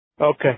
Okay